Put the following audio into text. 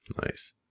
Nice